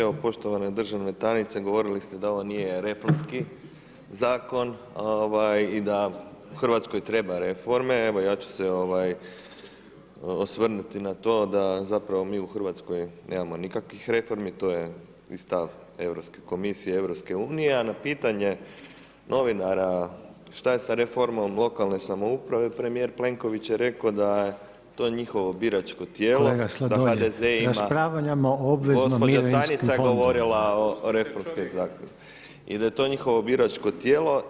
Evo poštovana državna tajnice, govorili ste da ovo nije reformski zakon i da u Hrvatskoj trebaju reforme, evo ja ću se osvrnuti na to da zapravo mi u Hrvatskoj nemamo nikakvih reformi, to je i stav Europske komisije, EU-a a na pitanje novinara šta je sa reformom lokalne samouprave, premijer Plenković je rekao da je to njihovo biračko tijelo, da HDZ ima [[Upadica Reiner: Kolega Sladoljev, raspravljamo o obveznim mirovinskim fondovima.]] Gospođa tajnica je govorila o reformskim zakonima i da je to njihovo biračko tijelo.